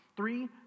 three